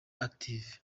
active